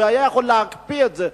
הוא יכול היה להקפיא את זה.